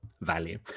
value